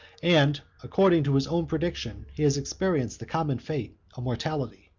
and according to his own prediction, he has experienced the common fate of mortality.